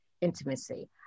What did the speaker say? intimacy